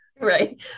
right